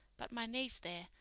but my niece there,